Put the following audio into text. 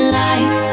life